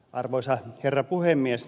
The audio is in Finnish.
arvoisa herra puhemies